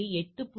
8